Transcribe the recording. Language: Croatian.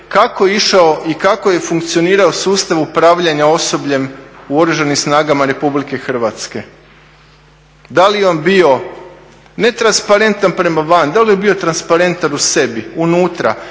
kako je išao i kako je funkcionirao sustav upravljanja osobljem u Oružanim snagama Republike Hrvatske? Da li je on bio netransparentan prema van, da li je on bio transparentan u sebi unutra,